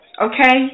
Okay